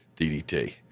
DDT